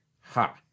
ha